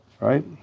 Right